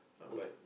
uh